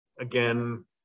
again